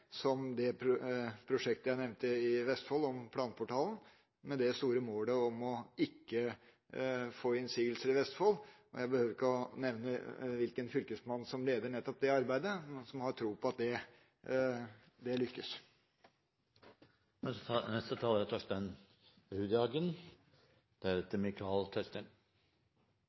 det, som det prosjektet jeg nevnte i Vestfold om planportalen, med det store målet om ikke å få innsigelser i Vestfold. Jeg behøver ikke å nevne hvilken fylkesmann som leder nettopp det arbeidet, og som har troen på at det